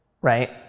right